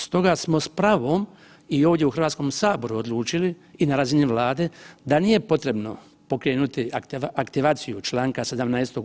Stoga smo s pravom i ovdje u Hrvatskom saboru odlučili i na razini Vlade da nije potrebno pokrenuti aktivaciju čl. 17.